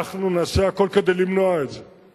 אנחנו נעשה הכול כדי למנוע את זה,